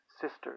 sisters